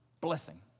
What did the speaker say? Blessing